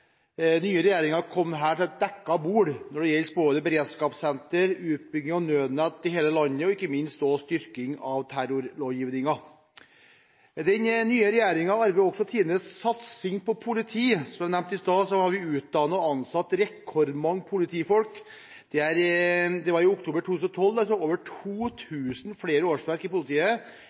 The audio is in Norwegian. nye regjeringen har kommet til dekket bord når det gjelder både beredskapssenter, utbygging av nødnett i hele landet og – ikke minst – styrking av terrorlovgivningen. Den nye regjeringen har også arvet tidenes satsing på politiet. Som jeg nevnte i sted, har vi utdannet og ansatt rekordmange politifolk. I oktober 2012 var det over 2 000 flere årsverk i politiet